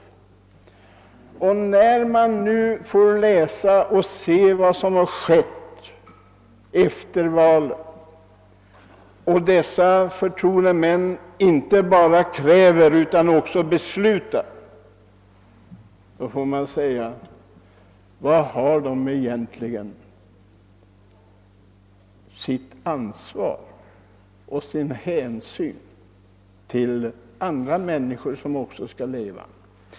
När man nu efter valet har sett hur förtroendemän inte bara kräver utan också beslutar om kraftiga förhöjningar åt sig själva måste man fråga sig: Var har de sitt ansvar och hur tar de hänsyn till andra människor, som också måste leva?